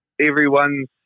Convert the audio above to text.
everyone's